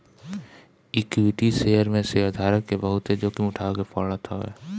equity शेयर में शेयरधारक के बहुते जोखिम उठावे के पड़त हवे